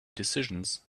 decisions